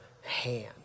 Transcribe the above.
hand